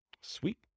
Sweet